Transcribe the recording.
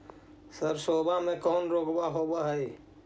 सरसोबा मे कौन रोग्बा होबय है?